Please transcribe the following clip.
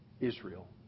Israel